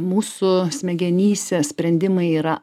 mūsų smegenyse sprendimai yra